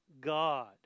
God